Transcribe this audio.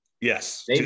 Yes